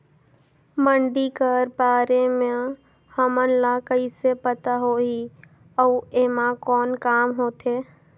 मंडी कर बारे म हमन ला कइसे पता होही अउ एमा कौन काम होथे?